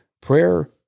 prayer